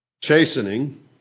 chastening